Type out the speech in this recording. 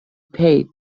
paid